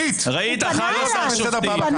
אורית --- הוא פנה אליי.